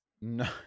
No